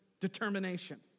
Determination